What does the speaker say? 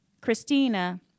Christina